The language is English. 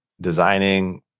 designing